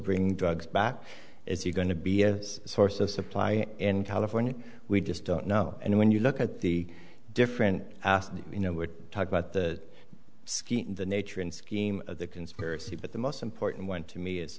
bring drugs back if you're going to be a source of supply in california we just don't know and when you look at the different you know we're talking about the scheme the nature and scheme of the conspiracy but the most important went to me is